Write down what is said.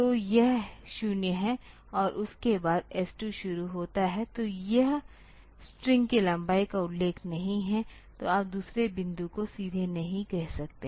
तो यह 0 है और उसके बाद S2 शुरू होता है तो यह स्ट्रिंग की लंबाई का उल्लेख नहीं है तो आप दूसरे बिंदु को सीधे नहीं कह सकते